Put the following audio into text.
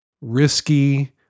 risky